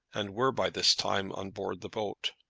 and were by this time on board the boat.